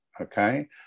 okay